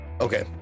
Okay